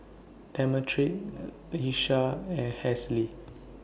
Demetric Iesha and Halsey